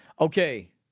Okay